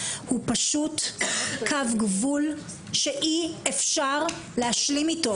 הוא פשוט קו גבול שאי-אפשר להשלים איתו.